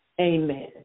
Amen